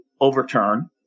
overturn